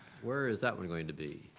where is that one going to be?